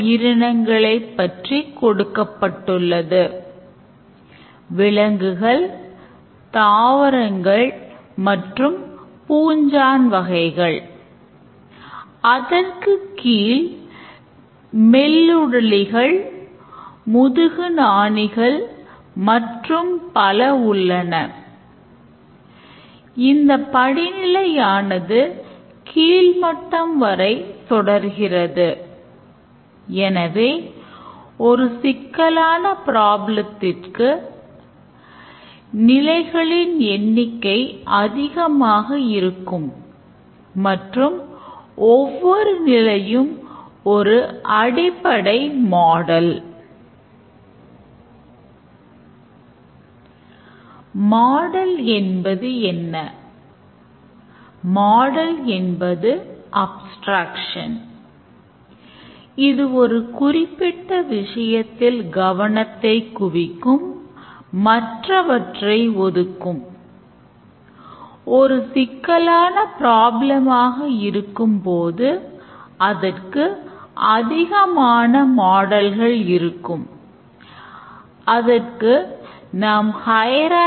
உயிரின வடிவமைப்பின் அப்ஸ்டிரேக்ஸன்